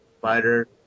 fighter